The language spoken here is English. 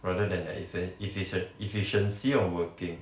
rather than the efficient efficiency of working